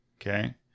Okay